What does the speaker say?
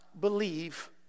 believe